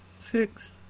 six